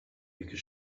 because